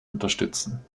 unterstützen